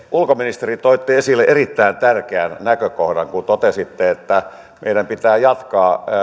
ulkoministeri toitte esille erittäin tärkeän näkökohdan kun totesitte että meidän pitää jatkaa